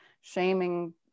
shaming